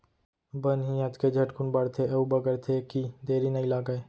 बन ही अतके झटकुन बाढ़थे अउ बगरथे कि देरी नइ लागय